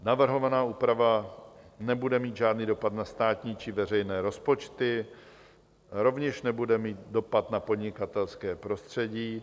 Navrhovaná úprava nebude mít žádný dopad na státní či veřejné rozpočty, rovněž nebude mít dopad na podnikatelské prostředí.